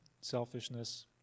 selfishness